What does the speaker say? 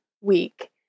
week